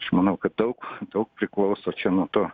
aš manau kad daug daug priklauso čia nuo to